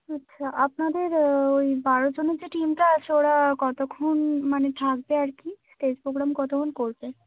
আচ্ছা আপনাদের ওই বারোজনের যে টিমটা আছে ওরা কতক্ষণ মানে থাকবে আর কি স্টেজ প্রোগ্রাম কতক্ষণ করবে